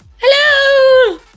Hello